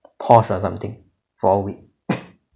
Porsche or something for a week